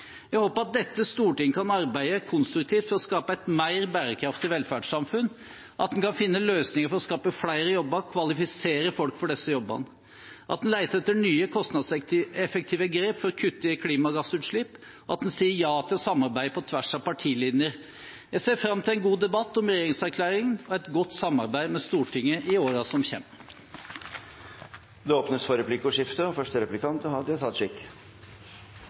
Jeg håper at dette stortinget kan arbeide konstruktivt for å skape et mer bærekraftig velferdssamfunn, at en kan finne løsninger for å skape flere jobber og kvalifisere folk for disse jobbene, at en leter etter nye, kostnadseffektive grep for å kutte i klimagassutslipp, og at en sier ja til å samarbeide på tvers av partilinjer. Jeg ser fram til en god debatt om regjeringserklæringen og et godt samarbeid med Stortinget i årene som kommer. Det blir replikkordskifte. Det var interessant å høyra på representanten Helleland. Han ramsa opp gode målformuleringar. Dei er